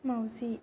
माउजि